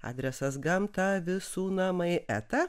adresas gamta visų namai eta